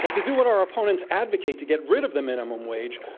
but to do what our opponents advocate, to get rid of the minimum wage,